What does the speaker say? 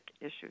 issues